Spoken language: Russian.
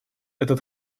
этот